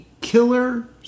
killer